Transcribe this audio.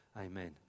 amen